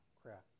crap